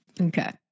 Okay